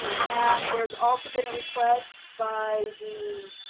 and there's also been a request by the